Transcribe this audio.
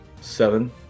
seven